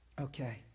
Okay